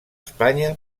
espanya